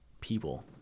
people